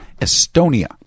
Estonia